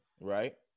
right